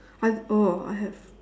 I have oh I have